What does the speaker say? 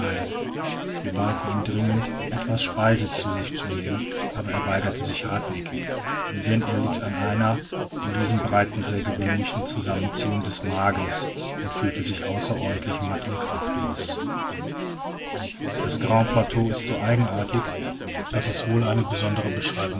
wir baten ihn dringend etwas speise zu sich zu nehmen aber er weigerte sich hartnäckig denn er litt an einer in diesen breiten sehr gewöhnlichen zusammenziehung des magens und fühlte sich außerordentlich matt und kraftlos das grand plateau ist so eigenartig daß es wohl eine besondere beschreibung